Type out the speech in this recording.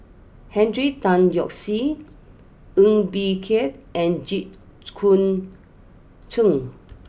Henry Tan Yoke see Ng Bee Kia and Jit Koon Ch'ng